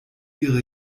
ihre